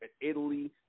Italy